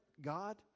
God